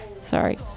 sorry